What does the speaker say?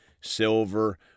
silver